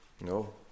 No